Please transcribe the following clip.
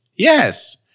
Yes